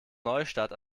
neustadt